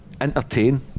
entertain